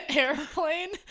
airplane